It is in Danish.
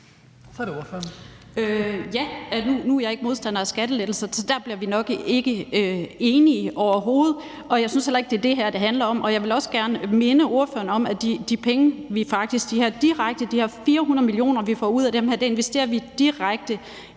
(M): Nu er jeg ikke er modstander af skattelettelser, så der bliver vi nok ikke enige overhovedet, og jeg synes heller ikke, det er det, det her handler om. Jeg vil også gerne minde ordføreren om, at vi investerer de penge – de her 400 mio. kr. – vi får ud af det her, direkte